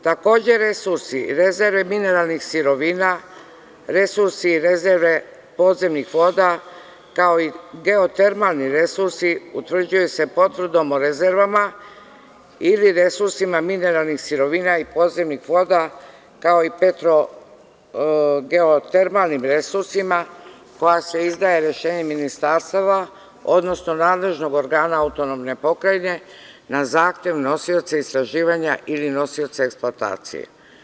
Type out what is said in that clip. Takođe, resursi, rezerve mineralnih sirovina, resursi i rezerve podzemnihvoda, kao i geotermalni resursi utvrđuju se potvrdom o rezervama ili resursima mineralnih sirovina i podzemnih voda, kao i geotermalnim resursima koja se izdaje rešenje ministarstava, odnosno nadležnog organa autonomne pokrajine na zahtev nosioca istraživanja i nosioca eksploatacije.